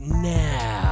now